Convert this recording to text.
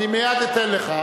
אני מייד אתן לך.